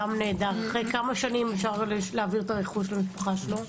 אחרי כמה שנים אפשר להעביר את הרכוש למשפחת הנעדר?